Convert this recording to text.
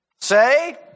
say